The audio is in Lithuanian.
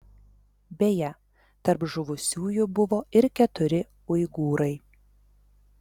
beje tarp žuvusiųjų buvo ir keturi uigūrai